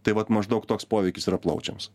tai vat maždaug toks poveikis yra plaučiams